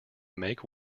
make